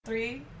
Three